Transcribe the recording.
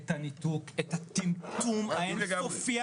את הטמטום האין-סופי.